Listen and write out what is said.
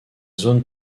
zone